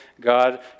God